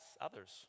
others